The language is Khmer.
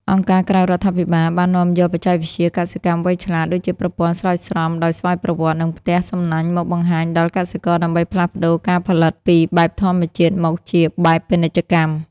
អង្គការក្រៅរដ្ឋាភិបាលបាននាំយកបច្ចេកវិទ្យាកសិកម្មវៃឆ្លាត ដូចជាប្រព័ន្ធស្រោចស្រពដោយស្វ័យប្រវត្តិ និងផ្ទះសំណាញ់មកបង្ហាញដល់កសិករ ដើម្បីផ្លាស់ប្តូរការផលិតពីបែបធម្មជាតិមកជាបែបពាណិជ្ជកម្ម។